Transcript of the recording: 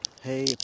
hey